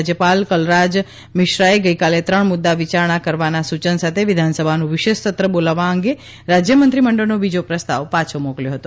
રાજ્યપાલ કલરાજ મિશ્રાએ ગઈકાલે ત્રણ મુદ્દા વિયારણા કરવાના સૂચન સાથે વિધાનસભાનું વિશેષ સત્ર બોલાવવા અંગે રાજ્ય મંત્રીમંડળનો બીજો પ્રસ્તાવ પાછો મોકલ્યો હતો